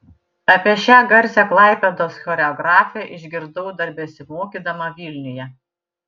apie šią garsią klaipėdos choreografę išgirdau dar besimokydama vilniuje